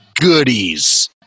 goodies